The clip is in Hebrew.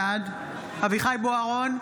בעד אביחי אברהם בוארון,